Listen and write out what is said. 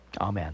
Amen